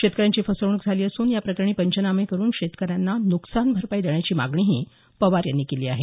शेतकऱ्यांची फसवणूक झाली असून याप्रकरणी पंचनामे करून शेतकऱ्यांना नुकसान भरपाई देण्याची मागणीही पवार यांनी केली आहे